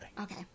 Okay